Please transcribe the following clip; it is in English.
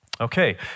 Okay